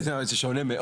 לא, זה שונה מאוד.